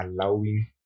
allowing